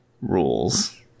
rules